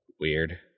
Weird